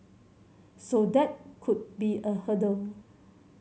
so that could be a hurdle